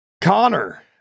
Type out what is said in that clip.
Connor